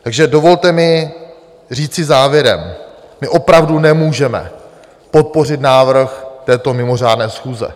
Takže dovolte mi říci závěrem: My opravdu nemůžeme podpořit návrh této mimořádné schůze.